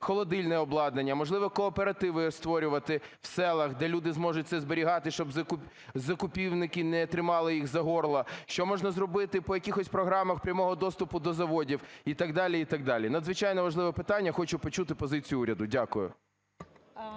холодильне обладнання, можливо, кооперативи створювати в селах, де люди зможуть це зберігати, щоб закупівники не тримали їх за горло? Що можна зробити по якихось програмах прямого доступу до заводів і так далі, і так далі? Надзвичайно важливе питання. Хочу почути позицію уряду. Дякую.